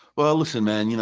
well, listen, man, you know